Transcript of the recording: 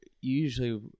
usually